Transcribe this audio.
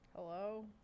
Hello